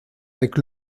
avec